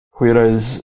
whereas